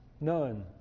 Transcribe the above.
None